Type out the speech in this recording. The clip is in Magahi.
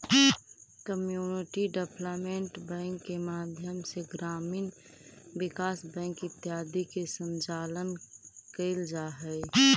कम्युनिटी डेवलपमेंट बैंक के माध्यम से ग्रामीण विकास बैंक इत्यादि के संचालन कैल जा हइ